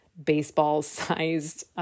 baseball-sized